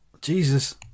Jesus